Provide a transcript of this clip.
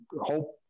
hope